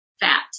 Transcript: fat